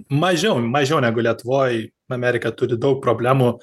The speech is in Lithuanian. mažiau mažiau negu lietuvoj amerika turi daug problemų